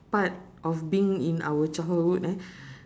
part of being in our childhood eh